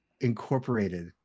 incorporated